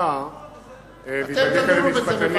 אף-על-פי שזה יעבור כאן הליך חקיקה וייבדק על-ידי משפטנים,